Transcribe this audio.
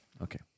Okay